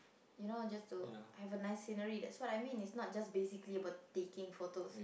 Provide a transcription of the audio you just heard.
you know just to have a nice scenery that is what I mean basically not just to taking photo